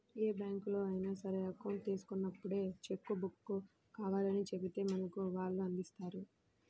ఏ బ్యాంకులో అయినా సరే అకౌంట్ తీసుకున్నప్పుడే చెక్కు బుక్కు కావాలని చెబితే మనకు వాళ్ళు అందిస్తారు